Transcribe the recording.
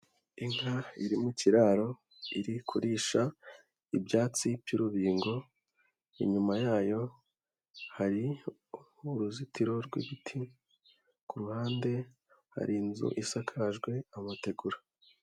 Inka iri mu kiraro, iri kurisha ibyatsi by'rubingo, inyuma yayo hari uruzitiro rw'ibiti, ku ruhande hari inzu isakajwe amategura.